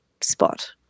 spot